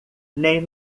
nem